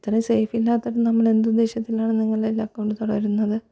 ഇത്ര സെയ്ഫ് ഇല്ലാത്തിടുത്തു നമ്മൾ എന്തുദ്ദേശത്തിലാണ് നിങ്ങളേൽ അക്കൗണ്ട് തുടരുന്നത്